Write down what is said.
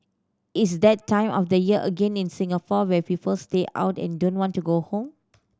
it's that time of the year again in Singapore where people stay out and don't want to go home